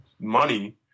money